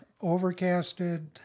overcasted